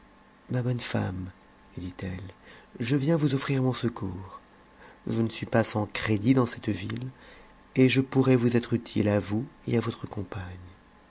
ma bonne femme lui dit-elle je viens vous offrir mon secours je ne suis pas saus crédit dans cette ville et je pourrai vous être utile a vous et à votre compagne